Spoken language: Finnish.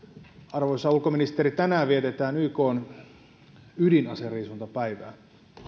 arvoisa ulkoministeri tänään vietetään ykn ydinaseriisuntapäivää